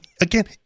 again